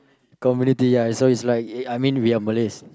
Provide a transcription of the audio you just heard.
community ya so it's like ya I mean we are Malays